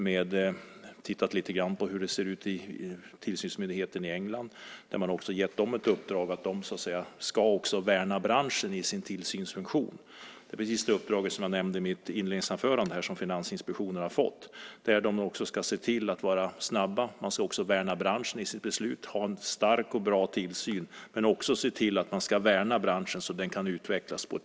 Vi har tittat på hur det ser ut i tillsynsmyndigheten i England, som också har ett uppdrag att värna branschen i sin tillsynsfunktion. Det uppdrag som Finansinspektionen har fått och som jag nämnde i mitt svar är att de också ska vara snabba, värna branschen i sitt beslut. De ska ha en stark och bra tillsyn men också se till att man värnar branschen så att den kan utvecklas.